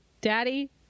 daddy